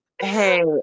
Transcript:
hey